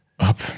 Up